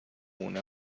una